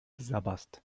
sabberst